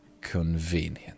convenient